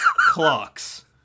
clocks